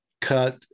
cut